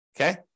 okay